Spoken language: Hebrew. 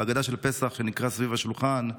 בהגדה של פסח שנקרא סביב השולחן,